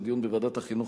לדיון בוועדת החינוך,